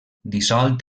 dissolt